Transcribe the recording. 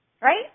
right